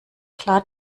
klar